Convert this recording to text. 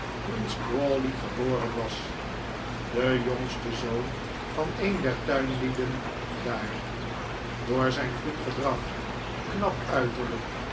queen's crawley geboren was de jongste zoon van een der tuinlieden daar door zijn goed gedrag knap uiterlijk